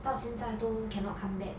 到现在都 cannot come back